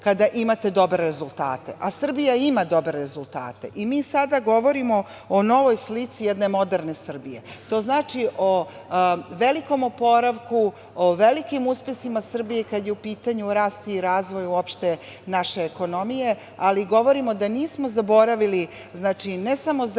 kada imate dobre rezultate, a Srbija ima dobre rezultate. Mi sada govorimo o novoj slici jedne moderne Srbije. To znači o velikom oporavku, o velikim uspesima Srbije kada su u pitanju rast i razvoj uopšte naše ekonomije, ali govorimo da nismo zaboravili, ne samo zdravstveni